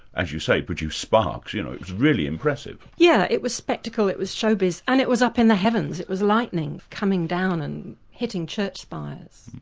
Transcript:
as you say, produce sparks, you know, it's really impressive. yes, yeah it was spectacle, it was showbiz and it was up in the heavens, it was lightning coming down and hitting church spires.